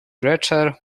gretchen